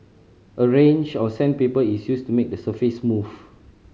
a range of sandpaper is used to make the surface smooth